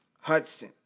Hudson